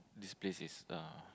this place is uh